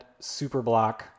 Superblock